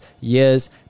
years